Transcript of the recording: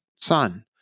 son